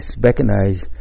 recognized